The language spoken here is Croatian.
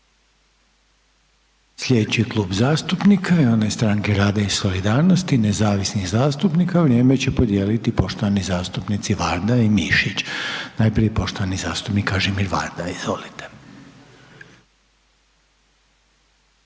Slijedeći Klub zastupnika je onaj Stranke rada i solidarnosti i nezavisnih zastupnika, a vrijeme će podijeliti poštovani zastupnici Varda i Mišić. Najprije poštovani zastupnik Kažimir Varda, izvolite.